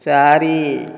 ଚାରି